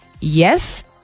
Yes